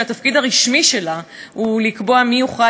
שהתפקיד הרשמי שלה הוא לקבוע מי יוכל